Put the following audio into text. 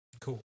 cool